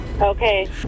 Okay